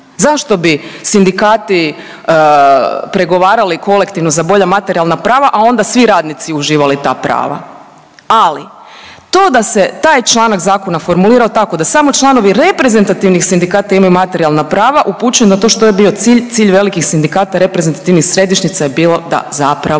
Zašto bi sindikati pregovarali kolektivno za bolja materijalna prava, a onda svi radni uživali ta prava. Ali to da se taj zakon formulirao tako da samo članovi reprezentativnih sindikata imaju materijalna prava upućuje na to što je bio cilj, cilj velikih sindikata reprezentativnih središnjica je bilo da zapravo